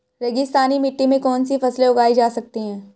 रेगिस्तानी मिट्टी में कौनसी फसलें उगाई जा सकती हैं?